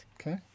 Okay